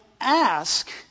ask